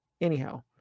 anyhow